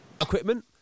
equipment